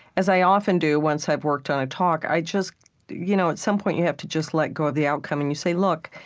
as i often do, once i've worked on a talk, i just you know at some point, you have to just let go of the outcome. and you say, look,